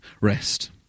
rest